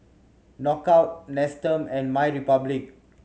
Knockout Nestum and MyRepublic